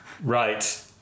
Right